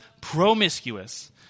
promiscuous